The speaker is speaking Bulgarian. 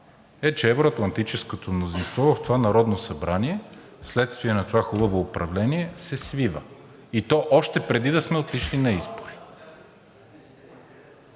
е, че евро-атлантическото мнозинство в това Народно събрание вследствие на това хубаво управление се свива, и то още преди да сме отишли на избори.